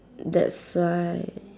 that's why